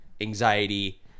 anxiety